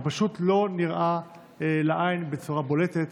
זה פשוט לא נראה לעין בצורה בולטת,